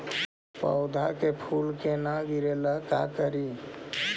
पौधा के फुल के न गिरे ला का करि?